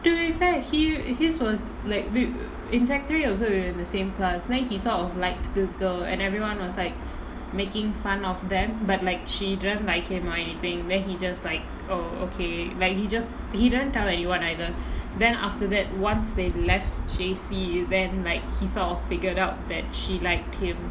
to be fair he his was like in secondary three also we were in the same class then he sort of liked this girl and everyone was like making fun of them but like she didn't like him or anything then he just like oh okay like he just he didn't tell anyone either then after that once they've left J_C then like he sort of figured out that she liked him